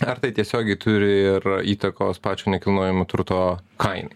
ar tai tiesiogiai turi ir įtakos pačio nekilnojamo turto kainai